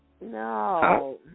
No